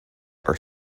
are